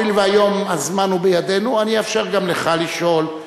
הואיל והיום הזמן הוא בידינו אני אאפשר גם לך לשאול,